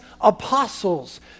apostles